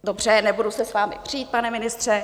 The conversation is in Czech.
Dobře, nebudu se s vámi přít, pane ministře.